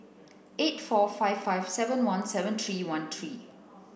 eight four five five seven one seven three one three